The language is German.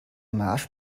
marsch